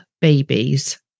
babies